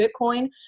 Bitcoin